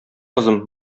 кызым